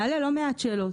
מעלה לא מעט שאלות.